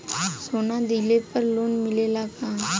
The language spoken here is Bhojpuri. सोना दिहला पर लोन मिलेला का?